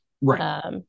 Right